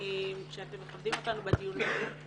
שאתם מכבדים אותנו בדיון הזה.